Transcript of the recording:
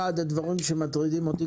אחד הדברים שמטרידים אותי,